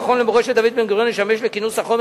המכון למורשת דוד בן-גוריון ישמש לכינוס החומר